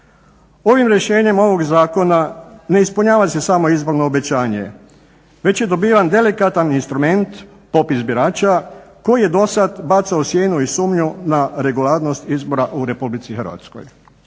Ovim rješenjem ovog zakona ne ispunjava se samo izborno obećanje već je dobiven delikatan instrument, popis birača, koji je dosad bacao sjenu i sumnju na regularnost izbora u RH. Klub HSU-a